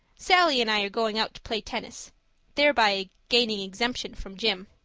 sallie and i are going out to play tennis thereby gaining exemption from gym.